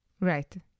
Right